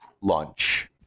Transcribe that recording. lunch